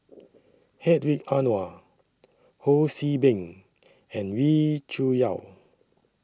Hedwig Anuar Ho See Beng and Wee Cho Yaw